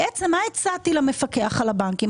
בעצם מה הצעתי למפקח על הבנקים?